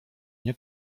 nie